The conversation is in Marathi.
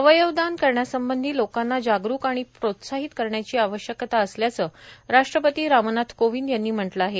अवयवदान करण्यासंबंधी लोकांना जागरूक आणि प्रोत्साहित करण्याची आवश्यकता असल्याचं राष्ट्रपती रामनाथ कोविंद यांनी म्हटलं आहे